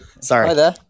Sorry